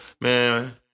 Man